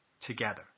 together